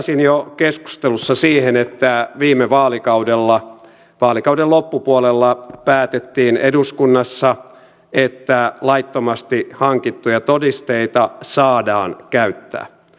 viittasin jo keskustelussa siihen että viime vaalikaudella vaalikauden loppupuolella päätettiin eduskunnassa että laittomasti hankittuja todisteita saadaan käyttää